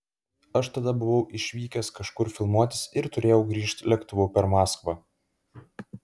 aš tada buvau išvykęs kažkur filmuotis ir turėjau grįžt lėktuvu per maskvą